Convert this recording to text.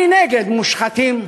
אני נגד מושחתים,